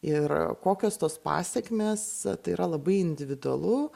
ir kokios tos pasekmės tai yra labai individualu